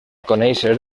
conèixer